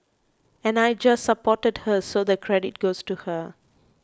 and I just supported her so the credit goes to her